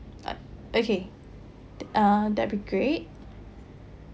okay uh that'll be great